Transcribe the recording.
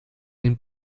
den